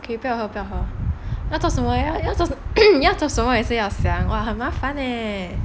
okay 不要喝不要喝要做什么要做什么都要想哇很麻烦 leh